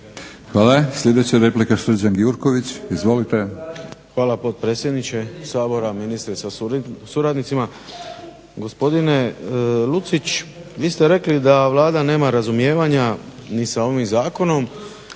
Hvala. Sljedeća replika Srđan Gjurković, izvolite. **Gjurković, Srđan (HNS)** Hvala potpredsjedniče Sabora, ministri sa suradnicima. Gospodine Lucić, vi ste rekli da Vlada nema razumijevanja ni sa ovim zakonom